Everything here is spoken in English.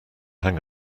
hang